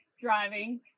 Driving